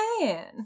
man